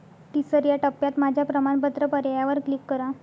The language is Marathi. तिसर्या टप्प्यात माझ्या प्रमाणपत्र पर्यायावर क्लिक करा